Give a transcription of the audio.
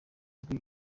uzwi